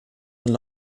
will